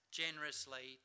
generously